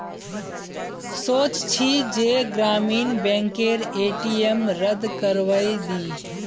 सोच छि जे ग्रामीण बैंकेर ए.टी.एम रद्द करवइ दी